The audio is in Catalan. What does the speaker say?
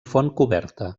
fontcoberta